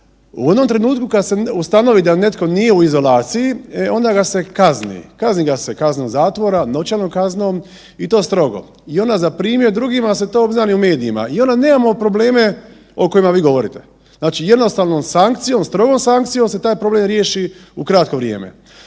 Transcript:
U onom trenutku kad se ustanovi da netko nije u izolaciji, e onda ga kazni, kazni ga se kaznom zatvora, novčanom kaznom i to strogo. I onda za primjer drugima se to obznani u medijima i onda nema probleme o kojima vi govorite. Znači, jednostavnom sankcijom, strogom sankcijom se taj problem riješi u kratko vrijeme.